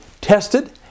tested